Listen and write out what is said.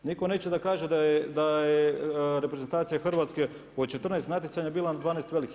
Nitko neće da kaže da je reprezentacija Hrvatske od 14 natjecanja bila na 12 velikih.